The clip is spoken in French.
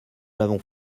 l’avons